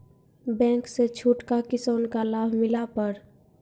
Bank से छूट का किसान का लाभ मिला पर?